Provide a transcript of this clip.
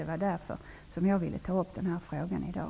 Det var därför jag ville ta upp den här frågan i dag.